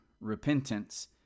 repentance